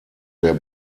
der